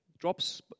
Drops